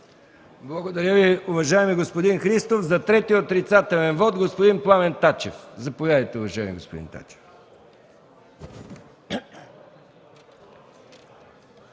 Благодаря Ви, уважаеми господин Христов. За трети отрицателен вот – господин Пламен Тачев. Заповядайте, уважаеми господин Тачев.